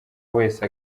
wese